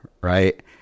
right